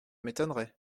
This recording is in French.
m’étonnerait